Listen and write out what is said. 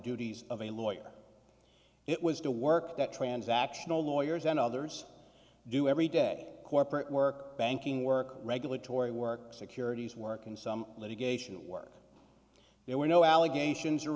duties of a lawyer it was the work that transactional lawyers and others do every day corporate work banking work regulatory work securities work and some litigation work there were no allegations